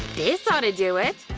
this ought to do it!